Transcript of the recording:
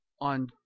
on